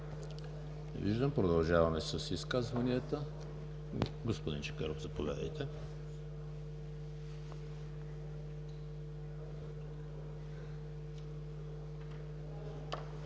виждам. Продължаваме с изказванията. Господин Чакъров, заповядайте.